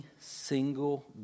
single